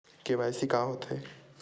KYC का होथे?